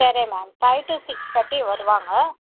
சரி ma'am five to six thirty வருவாங்க